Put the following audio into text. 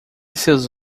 seus